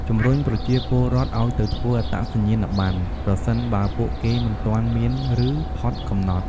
ជំរុញប្រជាពលរដ្ឋឱ្យទៅធ្វើអត្តសញ្ញាណប័ណ្ណ ប្រសិនបើពួកគេមិនទាន់មាន ឬផុតកំណត់។